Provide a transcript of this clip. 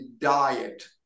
diet